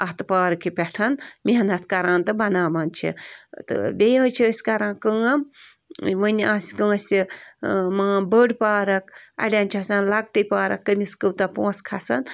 اَتھ پارکہِ پٮ۪ٹھ محنت کَران تہٕ بَناوان چھِ تہٕ بیٚیہِ حظ چھِ أسۍ کَران کٲم وُنہِ آسہِ کٲنٛسہِ تہِ مان بٔڈ پارک اَڑٮ۪ن چھِ آسان لۅکٹٕے پارک کٔمِس کوٗتاہ پۄنٛسہٕ کَھسان